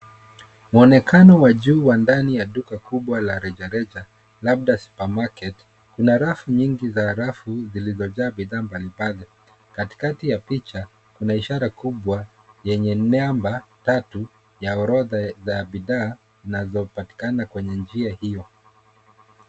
Mwonekano wa juu wa ndani ya duka kubwa la rejareja, labda supermarket ina rafu nyingi za rafu zilizojaa bidhaa mbalimbali. Katikati ya picha, kuna ishara kubwa yenye namba tatu za orodha za bidhaa zinazopatikana kwenye njia hio.